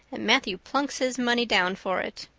and matthew plunks his money down for it.